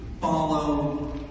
follow